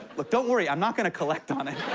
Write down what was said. look, don't worry, i'm not going to collect on it.